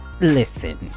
listen